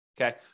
Okay